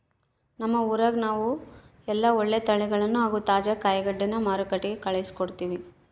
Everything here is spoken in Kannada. ನಮ್ಮ ಊರಗ ನಾವು ಎಲ್ಲ ಒಳ್ಳೆ ತಳಿಗಳನ್ನ ಹಾಗೂ ತಾಜಾ ಕಾಯಿಗಡ್ಡೆನ ಮಾರುಕಟ್ಟಿಗೆ ಕಳುಹಿಸಿಕೊಡ್ತಿವಿ